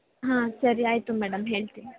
ಹಾಂ ಸರಿ ಆಯಿತು ಮೇಡಮ್ ಹೇಳ್ತೀನಿ